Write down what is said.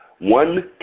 One